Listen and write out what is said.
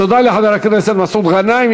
תודה לחבר הכנסת מסעוד גנאים.